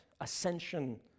Ascension